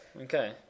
Okay